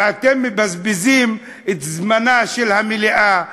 ואתם מבזבזים את זמנה של המליאה.